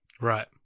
Right